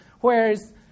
whereas